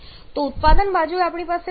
તો ઉત્પાદન બાજુએ આપણી પાસે શું છે